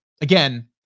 again